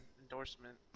endorsement